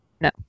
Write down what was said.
No